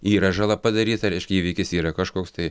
yra žala padaryta reiškia įvykis yra kažkoks tai